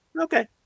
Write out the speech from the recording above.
Okay